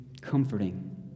comforting